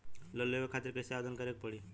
Loan लेवे खातिर कइसे आवेदन करें के पड़ी?